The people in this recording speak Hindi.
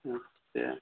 अच्छा